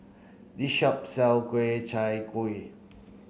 this shop sell Ku Chai Kueh